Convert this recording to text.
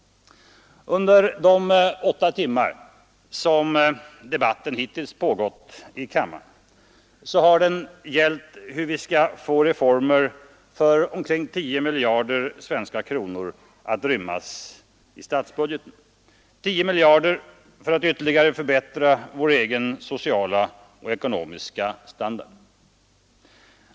Under de drygt tio timmar som debatten hittills pågått i kammaren har den gällt hur vi skall få reformer för omkring 10 miljarder svenska kronor att rymmas i statsbudgeten. 10 miljarder kronor för att ytterligare förbättra vår egen sociala och ekonomiska standard!